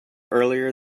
earlier